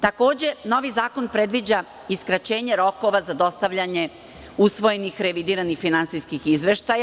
Takođe novi zakon predviđa i skraćenje rokova za dostavljanje usvojenih revidiranih finansijskih izveštaja.